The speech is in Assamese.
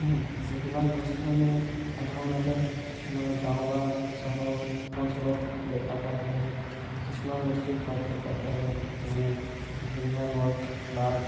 যিবিলাক বস্তু আমি সাধাৰণতে আমাৰ গাঁও বা চহৰ অঞ্চলত দেখা পোৱা নাযায় কিছুমান বস্তু তাত দেখা পোৱা যায় যেনে এশিঙীয়া গড় বাঘ